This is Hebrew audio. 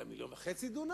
אולי 1.5 מיליון דונם?